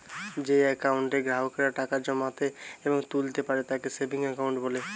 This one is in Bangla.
যেই একাউন্টে গ্রাহকেরা টাকা জমাতে এবং তুলতা পারে তাকে সেভিংস একাউন্ট বলে